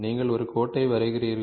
நீங்கள் ஒரு கோட்டை வரைகிறீர்கள்